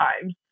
times